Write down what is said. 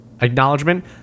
acknowledgement